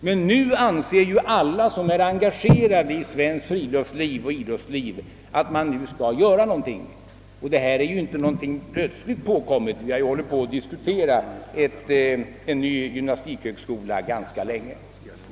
Men nu anser ju alla som är engagerade i svenskt idrottsliv att vi skall göra någonting nu; vi har ju hållit på och ditkuterat en ny gymnastikhögskola ganska länge.